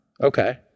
Okay